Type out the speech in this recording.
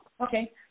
Okay